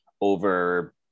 over